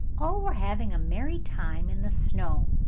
all were having a merry time in the snow,